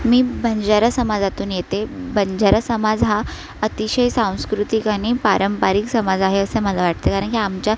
मी बंजारा समाजातून येते बंजारा समाज हा अतिशय सांस्कृतिक आणि पारंपरिक समाज आहे असं मला वाटतं कारणकी आमच्या